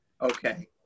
Okay